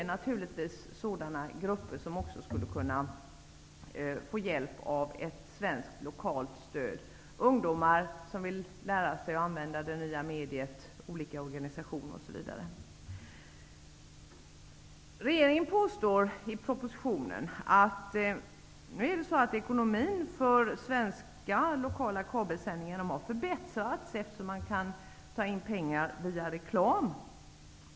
Naturligtvis skulle liknande grupper i Sverige kunna få hjälp av ett svenskt lokalt stöd. Det kan också gälla ungdomar som vill lära sig att använda det nya mediet, olika organisationer osv. Regeringen påstår i sin proposition att ekonomin för svenska lokala kabelsändarföretag har förbättrats, eftersom pengar kan tas in via reklam.